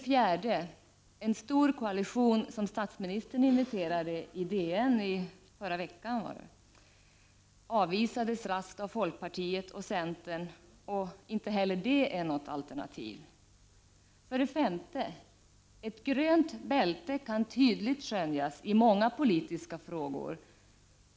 4, En ”stor koalition”, som statsministern inviterade till i DN förra veckan, avvisades raskt av folkpartiet och centern, och inte heller det är något alternativ. 5. Ett grönt bälte kan tydligt skönjas i många politiska frågor.